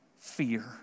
fear